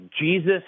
Jesus